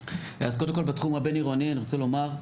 אז קודם כל בתחום הבין עירוני אני רוצה לומר,